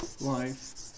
life